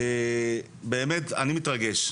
באמת אני מתרגש.